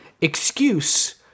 excuse